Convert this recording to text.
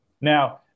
Now